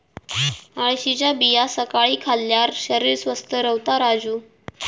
अळशीच्या बिया सकाळी खाल्ल्यार शरीर स्वस्थ रव्हता राजू